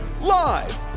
Live